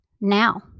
now